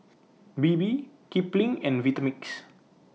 Bebe Kipling and Vitamix